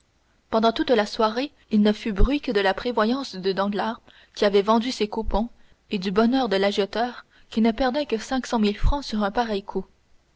pendant toute la soirée il ne fut bruit que de la prévoyance de danglars qui avait vendu ses coupons et du bonheur de l'agioteur qui ne perdait que cinq cent mille francs sur un pareil coup